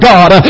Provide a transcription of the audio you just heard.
God